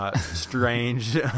strange